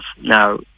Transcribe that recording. Now